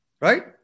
right